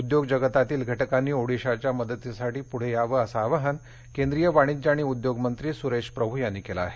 उद्योग जगतातील घटकांनी ओडीशाच्या मदतीसाठी पुढे यावं असं आवाहन केंद्रीय वाणिज्य आणि उद्योग मंत्री सुरेश प्रभू यांनी केलं आहे